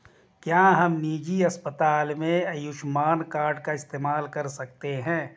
क्या हम निजी अस्पताल में आयुष्मान कार्ड का इस्तेमाल कर सकते हैं?